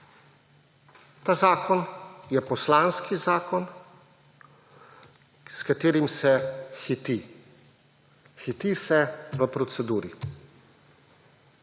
Ta zakon je poslanski zakon, s katerim se hiti, hiti se v proceduri.